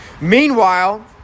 Meanwhile